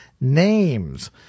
names